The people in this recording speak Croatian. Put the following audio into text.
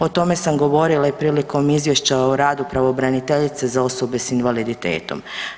O tome sam govorila i prilikom izvješća o radu pravobraniteljice za osobe s invaliditetom.